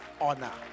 honor